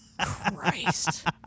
Christ